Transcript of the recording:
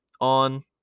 on